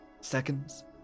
seconds